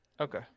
Okay